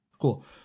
cool